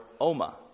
Oma